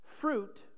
fruit—